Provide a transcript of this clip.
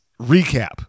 recap